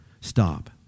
stop